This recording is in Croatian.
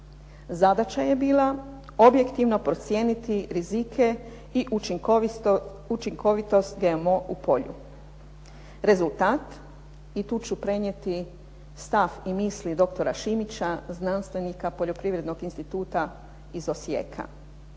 Zadaća je bila objektivno procijeniti rizike i učinkovitost GMO u polju. Rezultat, i tu ću prenijeti stav i misli doktora Šimića, znanstvenika Poljoprivrednog instituta iz Osijeka,